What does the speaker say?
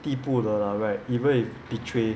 地步的 lah right even if betray